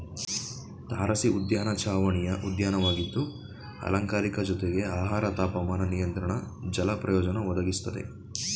ತಾರಸಿಉದ್ಯಾನ ಚಾವಣಿಯ ಉದ್ಯಾನವಾಗಿದ್ದು ಅಲಂಕಾರಿಕ ಜೊತೆಗೆ ಆಹಾರ ತಾಪಮಾನ ನಿಯಂತ್ರಣ ಜಲ ಪ್ರಯೋಜನ ಒದಗಿಸ್ತದೆ